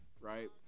Right